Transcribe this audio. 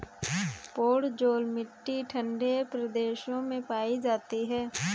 podzol मिट्टी ठंडे प्रदेशों में पाई जाती है